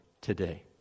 today